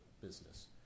Business